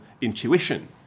intuition